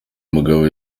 mugabo